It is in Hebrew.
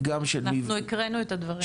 -- אנחנו הקראנו את הדברים.